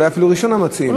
אולי אפילו ראשון המציעים,